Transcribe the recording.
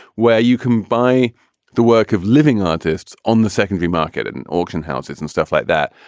where you can buy the work of living artists on the secondary market and and auction houses and stuff like that.